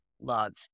love